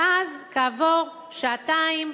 ואז כעבור שעתיים,